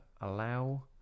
allow